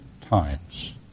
times